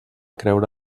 creure